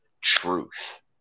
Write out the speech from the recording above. truth